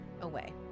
Away